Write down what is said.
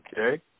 Okay